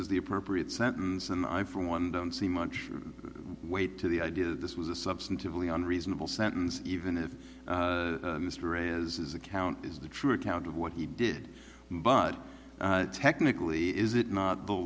is the appropriate sentence and i for one don't see much weight to the idea that this was a substantively unreasonable sentence even if mr ray is his account is the true account of what he did but technically is it not the